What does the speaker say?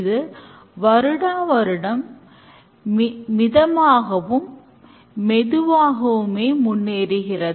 இது வருடாவருடம் மிதமாகவும் மெதுவாகமுமே முன்னேறுகிறது